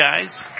guys